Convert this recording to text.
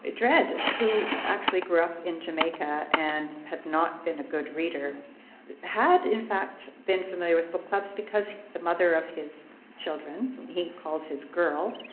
ah dread, who actually grew up in jamaica and had not been a good reader had in fact familiar with book clubs because the mother of his children, who he calls his girl,